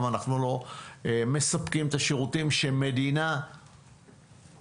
אנחנו לא מספקים את השירותים שמדינה דמוקרטית,